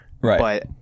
Right